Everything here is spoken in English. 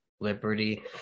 liberty